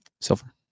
Silver